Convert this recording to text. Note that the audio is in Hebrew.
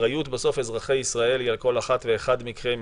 האחריות היא על כל אחת ואחד מאזרחי ישראל.